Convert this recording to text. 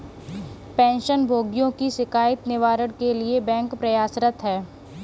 pension भोगियों की शिकायत निवारण के लिए बैंक प्रयासरत है